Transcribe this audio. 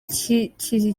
kikiri